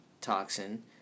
toxin